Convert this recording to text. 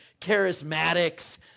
charismatics